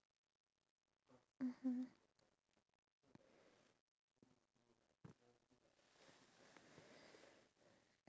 due to the fact that I need to have that level of respect so that the information between me and my parents are conveyed much more